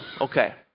okay